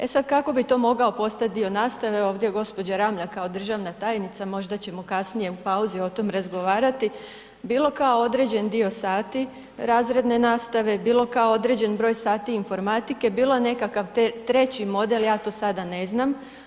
E sada, kako bi to mogao postati dio nastave, ovdje gđa. Ramljak, kao državna tajnica, možda ćemo kasnije, u pauzi o tome razgovarati, bio kao određeni dio sati, razredne nastave, bio kao određen broj sati informatike, bilo nekakav treći model, ja to sada ne znam.